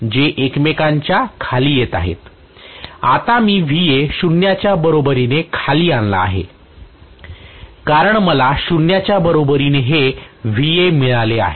जे एकमेकांच्या खालीयेत होते आता मी 0 च्या बरोबरीने खाली आणला आहे कारण मला 0 च्या बरोबरीने हे मिळाले आहे